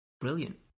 Brilliant